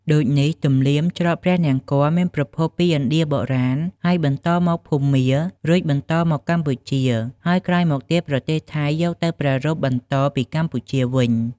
ដូចនេះទំនៀមច្រត់ព្រះនង្គ័លមានប្រភពពី ឥណ្ឌាបុរាណ ហើយបន្តមក ភូមា រួចបន្តមកកម្ពុជា ហើយក្រោយមកប្រទេសថៃយកទៅប្រារព្ធបន្តពីកម្ពុជាវិញ។